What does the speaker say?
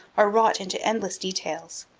are wrought into endless details,